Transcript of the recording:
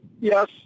Yes